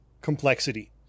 Complexity